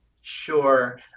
Sure